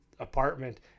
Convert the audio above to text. Apartment